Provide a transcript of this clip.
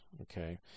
okay